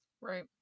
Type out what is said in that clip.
Right